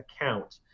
account